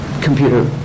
computer